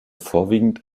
vorwiegend